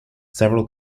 several